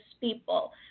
people